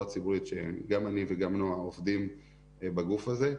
ציבורית שגם אני וגם נועה עובדים בגוף הזה,